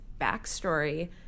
backstory